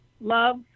love